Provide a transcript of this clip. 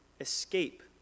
escape